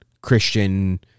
Christian